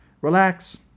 Relax